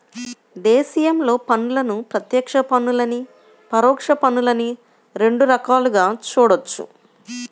దేశీయంగా పన్నులను ప్రత్యక్ష పన్నులనీ, పరోక్ష పన్నులనీ రెండు రకాలుగా చూడొచ్చు